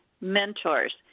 mentors